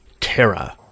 terror